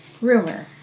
rumor